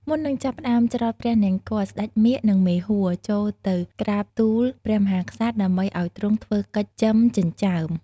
មុននឹងចាប់ផ្ដើមច្រត់ព្រះនង្គ័ល ស្ដេចមាឃ និង មេហួរ ចូលទៅក្រាបទូល ព្រះមហាក្សត្រ ដើម្បីឱ្យទ្រង់ធ្វើកិច្ច "ចឺមចិញ្ចើម"។